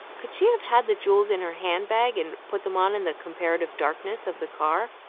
could she have had the jewels in her hand-bag, and put them on in the comparative darkness of the car?